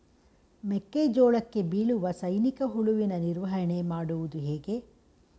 ಮೆಕ್ಕೆ ಜೋಳಕ್ಕೆ ಬೀಳುವ ಸೈನಿಕ ಹುಳುವಿನ ನಿರ್ವಹಣೆ ಮಾಡುವುದು ಹೇಗೆ?